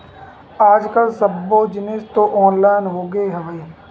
आज कल सब्बो जिनिस तो ऑनलाइन होगे हवय